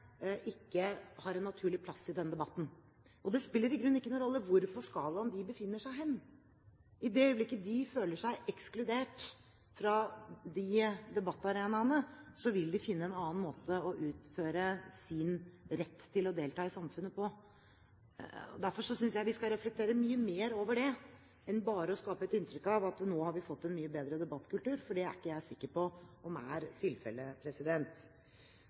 ikke har en naturlig plass i den debatten. Det spiller i grunnen ikke noen rolle hvor på skalaen de befinner seg. I det øyeblikket de føler seg ekskludert fra de debattarenaene, vil de finne en annen måte å utøve sin rett til å delta i samfunnet på. Derfor synes jeg vi skal reflektere mye mer over det, enn bare å skape et inntrykk av at nå har vi fått en mye bedre debattkultur, for det er ikke jeg sikker på om er